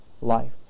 life